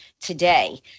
today